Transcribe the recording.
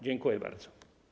Dziękuję bardzo.